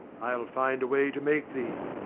i'll find a way to make thee.